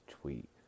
tweet